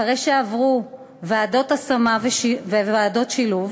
אחרי שעברו ועדות השמה וועדות שילוב